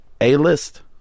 A-list